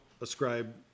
ascribe